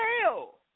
hell